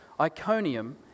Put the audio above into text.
Iconium